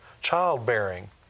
childbearing